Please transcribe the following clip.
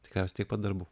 tikriausiai tiek pat darbų